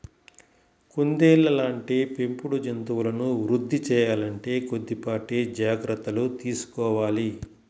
కుందేళ్ళ లాంటి పెంపుడు జంతువులను వృద్ధి సేయాలంటే కొద్దిపాటి జాగర్తలు తీసుకోవాలి